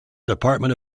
department